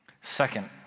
Second